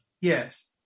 Yes